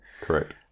Correct